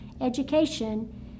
education